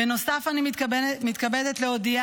בנוסף, אני מתכבדת להודיע